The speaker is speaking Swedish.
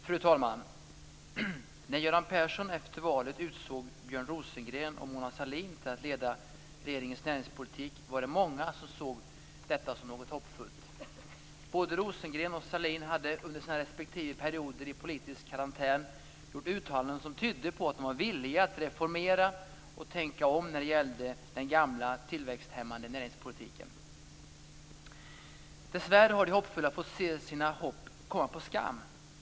Fru talman! När Göran Persson efter valet utsåg Björn Rosengren och Mona Sahlin till att leda regeringens näringspolitik var det många som såg detta som något hoppfullt. Både Rosengren och Sahlin hade under sina respektive perioder i politisk karantän gjort uttalanden som tydde på att de var villiga att reformera och tänka om när det gällde den gamla tillväxthämmande näringspolitiken. Dessvärre har de hoppfulla fått se sina hopp komma på skam.